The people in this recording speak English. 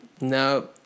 No